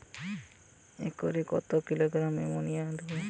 একরে কত kilogram ammonia দেবো?